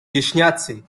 wieśniacy